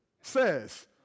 says